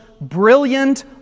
brilliant